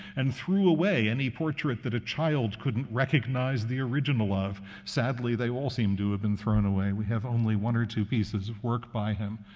and threw away any portrait that a child couldn't recognize the original of. sadly, they all seem to have been thrown away. we have only one or two pieces of work by him.